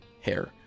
hair